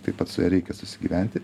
taip pat su ja reikia susigyventi